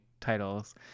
titles